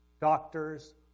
doctors